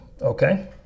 Okay